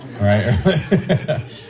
right